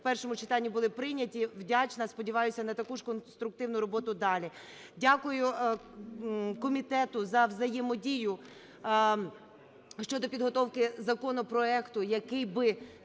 першому читанні були прийняті. Вдячна і сподіваюся на таку ж конструктивну роботу дали. Дякую комітету за взаємодію щодо підготовки законопроекту, який би,